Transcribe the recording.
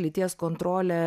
lyties kontrolė